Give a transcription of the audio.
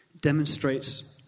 Demonstrates